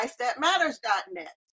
lifethatmatters.net